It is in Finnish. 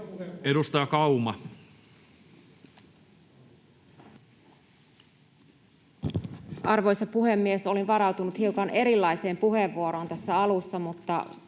Edustaja Kauma. Arvoisa puhemies! Olin varautunut hiukan erilaiseen puheenvuoroon tässä alussa, mutta